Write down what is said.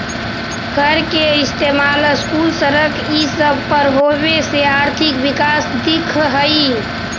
कर के इस्तेमाल स्कूल, सड़क ई सब पर होबे से आर्थिक विकास दिख हई